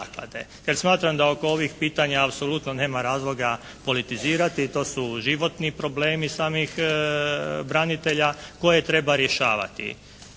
Ja smatram da oko ovih pitanja apsolutno nema razloga politizirati. To su životni problemi samih branitelja koje treba rješavati,